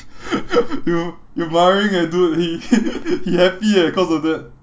you you barring eh dude he he happy eh cause of that